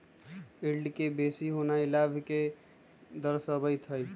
yield के बेशी होनाइ लाभ के दरश्बइत हइ